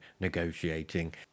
negotiating